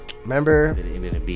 Remember